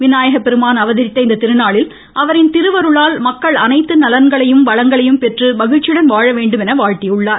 விநாயகப் பெருமான் அவதரித்த இத்திருநாளில் அவரின் திருவருளால் மக்கள் அனைத்து நலன்களையும் வளங்களையும் பெற்று மகிழ்ச்சியுடன் வாழ வேண்டும் என வாழ்த்தியுள்ளார்